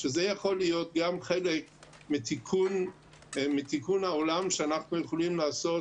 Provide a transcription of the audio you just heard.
שזה יכול להיות גם חלק מתיקון העולם שאנחנו עושים יכולים לעשות